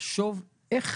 לחשוב איך